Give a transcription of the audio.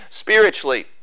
spiritually